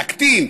נקטין,